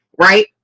Right